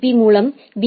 பீ மூலம் பி